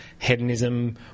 hedonism